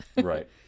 Right